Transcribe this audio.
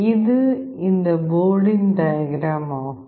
இது இந்த போர்டின் டயக்ராம் ஆகும்